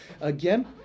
again